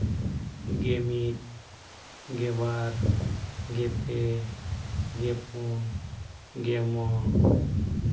ᱜᱮ ᱢᱤᱫ ᱜᱮᱵᱟᱨ ᱜᱮᱯᱮ ᱜᱮᱯᱩᱱ ᱜᱮᱢᱚᱬ